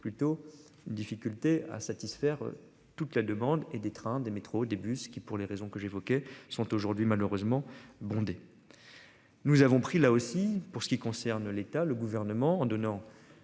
plutôt. Difficultés à satisfaire toute la demande et des trains, des métros, des bus qui, pour les raisons que j'évoquais sont aujourd'hui malheureusement bondés.-- Nous avons pris là aussi pour ce qui concerne l'état, le gouvernement en donnant.